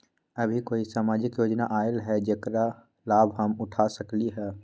अभी कोई सामाजिक योजना आयल है जेकर लाभ हम उठा सकली ह?